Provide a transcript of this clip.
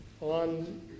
on